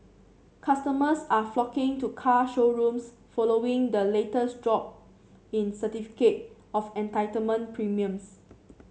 customers are flocking to car showrooms following the latest drop in certificate of entitlement premiums